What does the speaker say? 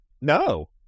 No